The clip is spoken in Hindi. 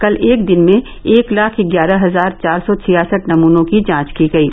कल एक दिन में एक लाख ग्यारह हजार चार सौ छियासठ नमूनों की जांच की गयी